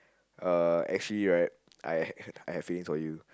uh actually right I I have feelings for you